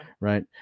right